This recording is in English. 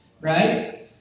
right